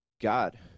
God